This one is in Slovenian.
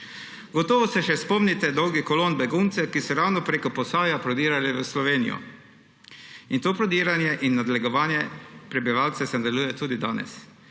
Gotovo se še spomnite dolgih kolon beguncev, ki so ravno preko Posavja prodirale v Slovenijo. In to prodiranje in nadlegovanje prebivalcev se nadaljuje tudi danes.